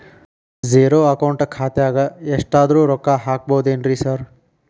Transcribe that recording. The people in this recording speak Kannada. ಝೇರೋ ಅಕೌಂಟ್ ಖಾತ್ಯಾಗ ಎಷ್ಟಾದ್ರೂ ರೊಕ್ಕ ಹಾಕ್ಬೋದೇನ್ರಿ ಸಾರ್?